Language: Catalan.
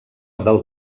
del